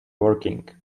working